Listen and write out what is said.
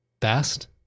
fast